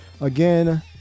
Again